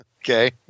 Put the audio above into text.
Okay